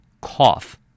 Cough